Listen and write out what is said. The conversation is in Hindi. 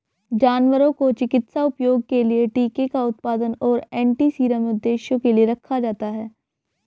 जानवरों को चिकित्सा उपयोग के लिए टीके का उत्पादन और एंटीसीरम उद्देश्यों के लिए रखा जाता है